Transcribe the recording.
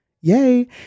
yay